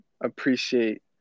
appreciate